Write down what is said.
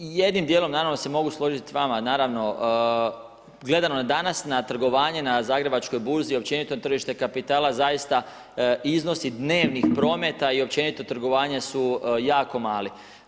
Jednim djelom naravno se mogu složiti s vama, gledamo na danas na trgovanje na Zagrebačkoj burzi i općenito na tržište kapitala, zaista iznosi dnevnih prometa i općenito trgovanja su jako mali.